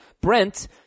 Brent